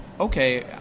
okay